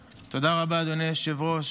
חבריי, נעבור לנושא הבא על סדר-היום: